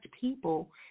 people